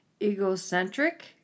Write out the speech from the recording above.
egocentric